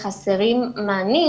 חסרים מענים.